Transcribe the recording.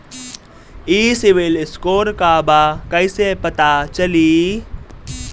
ई civil score का बा कइसे पता चली?